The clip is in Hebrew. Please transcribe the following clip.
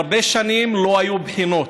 הרבה שנים לא היו בחינות.